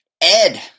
Ed